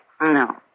No